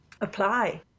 apply